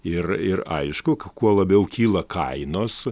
ir ir aišku kuo kuo labiau kyla kainos